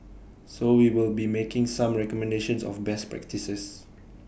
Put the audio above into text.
so we will be making some recommendations of best practices